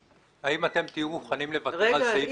האם אתם תהיו מוכנים לוותר על סעיף 8 בהסכם?